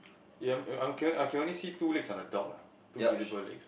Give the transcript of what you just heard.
eh I can I can only see two legs on the dog lah two visible legs